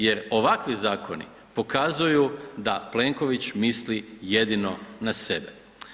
Jer ovakvi zakoni pokazuju da Plenković misli jedino na sebe.